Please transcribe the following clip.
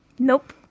Nope